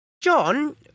John